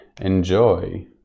enjoy